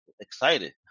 Excited